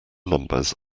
numbers